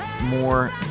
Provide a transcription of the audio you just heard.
more